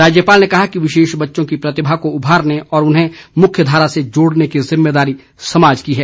राज्यपाल ने कहा कि विशेष बच्चों की प्रतिभा को उभारने और उन्हें मुख्यधारा से जोड़ने की जिम्मेदारी समाज की है